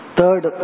Third